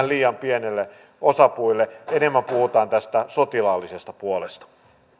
liian pienille osapuille enemmän puhutaan tästä sotilaallisesta puolesta